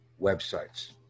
websites